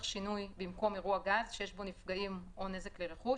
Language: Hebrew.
שינוי במקום אירוע גז שיש בו נפגעים או נזק לרכוש,